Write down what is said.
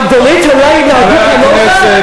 גדולי תורה יתנהגו כמוך?